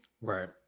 Right